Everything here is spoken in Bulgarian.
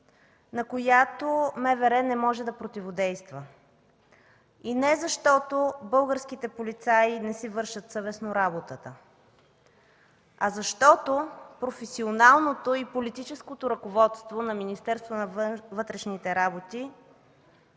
на която МВР не може да противодейства. И не защото българските полицаи не си вършат съвестно работата, а защото професионалното и политическото ръководство на Министерството на вътрешните работи